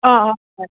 অঁ অঁ হয়